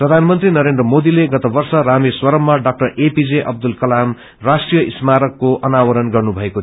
प्रधानमंत्री नरेन्द्र मोदीले गत वर्ष रामेश्वरममा ड़ा एपीजे अब्दुल कलाम राष्ट्रिय स्मारकको अनावरण गर्नुभएको थियो